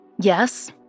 Yes